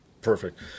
perfect